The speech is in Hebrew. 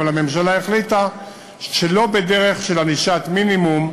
אבל הממשלה החליטה שלא בדרך של ענישת מינימום,